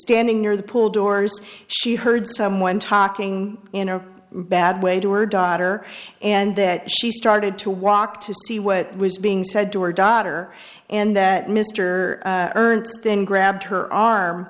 standing near the pool doors she heard someone talking in a bad way to her daughter and that she started to walk to see what was being said to her daughter and that mr ernst then grabbed her arm